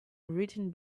written